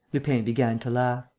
lupin began to laugh